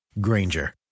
Granger